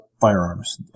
firearms